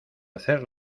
hacer